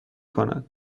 کند